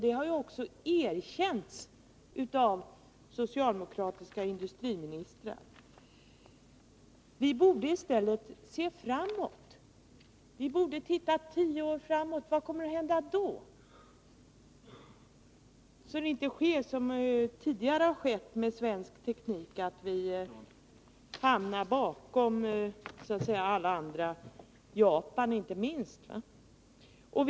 Det har också erkänts av socialdemokratiska industriministrar. Vi borde i stället se framåt. Vi borde titta på vad som kommer att hända om tio år, annars sker det som har skett tidigare med svensk teknik, att vi hamnar bakom alla andra, inte minst Japan.